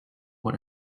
what